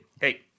hey